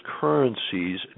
currencies